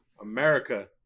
America